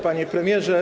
Panie Premierze!